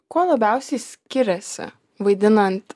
kuo labiausiai skiriasi vaidinant